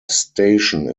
station